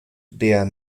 der